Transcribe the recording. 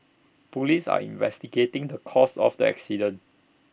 Police are investigating the cause of the accident